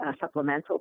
supplemental